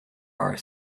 are